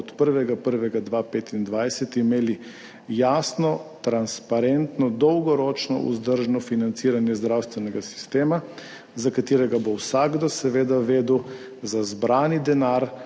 1. 1. 2025 imeli jasno, transparentno, dolgoročno vzdržno financiranje zdravstvenega sistema, za katerega bo vsakdo seveda vedel za zbrani denar,